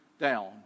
down